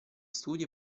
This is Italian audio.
studi